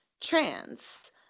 trans